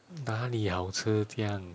哪里好吃这样